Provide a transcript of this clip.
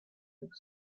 league